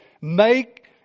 make